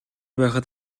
байхад